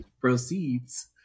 proceeds